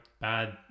bad